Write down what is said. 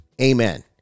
Amen